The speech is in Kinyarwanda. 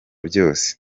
byose